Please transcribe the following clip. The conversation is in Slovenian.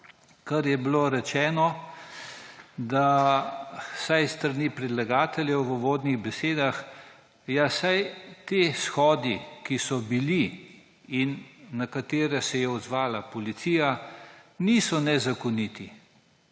kar je bilo rečeno vsaj s strani predlagateljev v uvodnih besedah, češ, ja, saj ti shodi, ki so bili in na katere se je odzvala policija, niso nezakoniti.